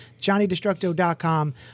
johnnydestructo.com